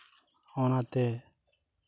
ᱚᱱᱟᱛᱮ